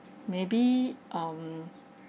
maybe um